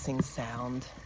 sound